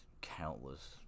countless